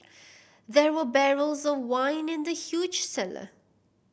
there were barrels of wine in the huge cellar